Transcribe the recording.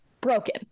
broken